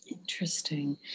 interesting